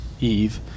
Eve